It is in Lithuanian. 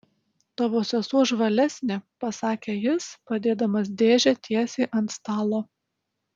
tavo sesuo žvalesnė pasakė jis padėdamas dėžę tiesiai ant stalo